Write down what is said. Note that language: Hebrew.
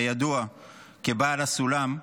הידוע כ"בעל הסולם",